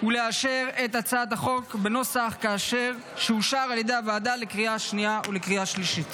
ולאשר את הצעת החוק בנוסח שאושר על ידי הוועדה בקריאה שנייה והשלישית.